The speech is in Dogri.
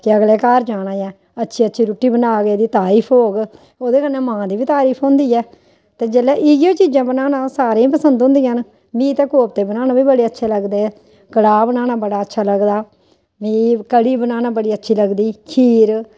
कि अगले घर जाना ऐ अच्छी अच्छी रुट्टी बनाग एह्दी तारीफ होग ओह्दे कन्नै मां दी बी तारीफ होंदी ऐ ते जेल्लै इ'यो चीजां बनाना सारें गी पसंद होंदियां न मी ते कोप्ते बनाना बी बड़े अच्छे लगदे कड़ाह् बनाना बड़ा अच्छा लगदा मी कढ़ी बनाना बड़ी अच्छी लगदी खीर